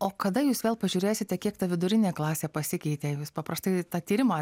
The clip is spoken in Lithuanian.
o kada jūs vėl pažiūrėsite kiek ta vidurinė klasė pasikeitė jūs paprastai tą tyrimą